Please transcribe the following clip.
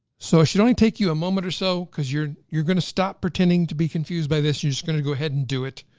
so it should only take you a moment or so, cause you're you're gonna stop pretending to be confused by this. you're just gonna go ahead and do it.